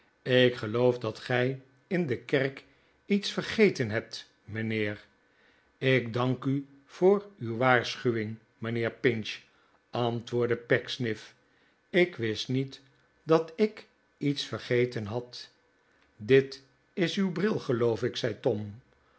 ik geloof dat gij in de kerk iets vergeten hebt mijnheer ik dank u voor uw waarschuwing mijnheer pinch antwoordde pecksniff ik wist niet dat ik iets vergeten had r dit is uw bril geloof ik zei tom